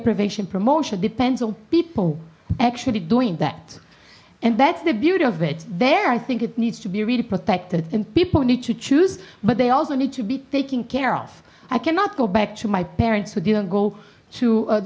privation promotion depends on people actually doing that and that's the beauty of it there i think it needs to be really protected and people need to choose but they also need to be taken care of i cannot go back to my parents who didn't go to